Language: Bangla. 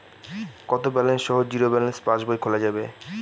কত ব্যালেন্স সহ জিরো ব্যালেন্স পাসবই খোলা যাবে?